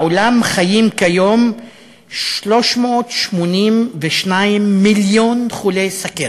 בעולם חיים כיום 382 מיליון חולי סוכרת,